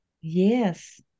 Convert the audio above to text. Yes